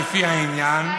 לפי העניין,